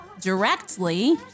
directly